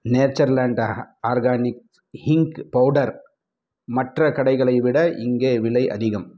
நேச்சர்லேண்டா organics hing powder மற்ற கடைகளை விட இங்கே விலை அதிகம்